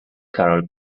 carol